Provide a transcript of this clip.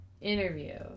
Interview